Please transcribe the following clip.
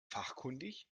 fachkundig